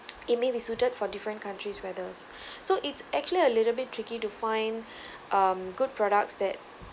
it may be suited for different countries weather's so it's actually a little bit tricky to find um good products that